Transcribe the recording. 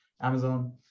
Amazon